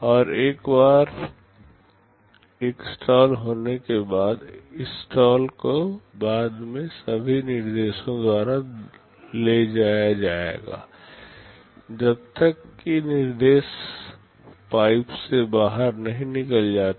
और एक बार एक स्टाल होने के बाद इस स्टाल को बाद के सभी निर्देशों द्वारा ले जाया जाएगा जब तक कि निर्देश पाइप से बाहर नहीं निकल जाता